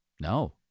No